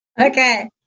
Okay